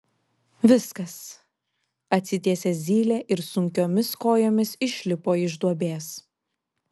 viskas atsitiesė zylė ir sunkiomis kojomis išlipo iš duobės